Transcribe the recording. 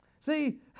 See